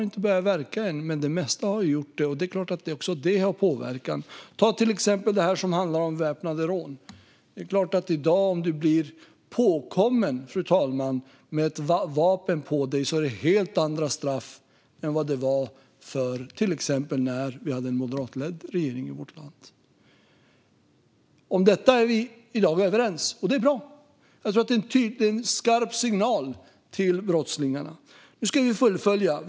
Inte allt men det mesta har börjat verka, och det är klart att också det har påverkan. Ta till exempel väpnade rån. Om du i dag blir påkommen med ett vapen på dig är det helt andra straff än vad det var till exempel när vi hade en moderatledd regering i vårt land. Om detta är vi i dag överens, och det är bra. Det är en skarp signal till brottslingarna. Nu ska vi fullfölja arbetet.